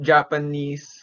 Japanese